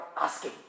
asking